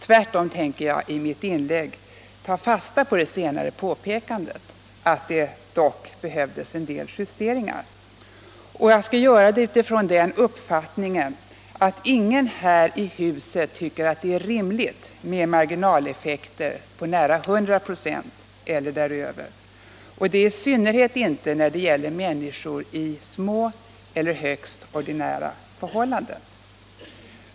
Tvärtom tänker jag i mitt inlägg ta fasta på det senare påpekandet — att det dock behövs en del justeringar. Jag skall göra det med utgångspunkt från den uppfattningen att ingen här i kammaren tycker att det är rimligt med marginaleffekter på nära 100 96 eller därutöver, och detta i synnerhet inte när det gäller människor i små eller Allmänpolitisk debatt Allmänpolitisk debatt 110 högst ordinära inkomstförhållanden.